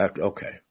Okay